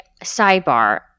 sidebar